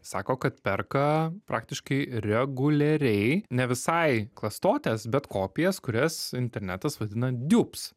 sako kad perka praktiškai reguliariai ne visai klastotes bet kopijas kurias internetas vadina diubs